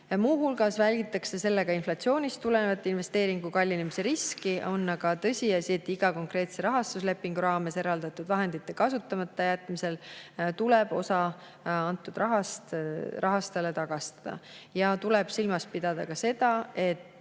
Muu hulgas välditakse sellega inflatsioonist tulenevat investeeringu kallinemise riski. On aga tõsiasi, et iga konkreetse rahastuslepingu raames eraldatud vahendite kasutamata jätmise korral tuleb osa antud rahast rahastajale tagastada. Tuleb silmas pidada ka seda, et